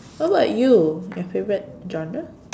what about you your favourite genre